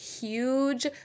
huge